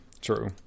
True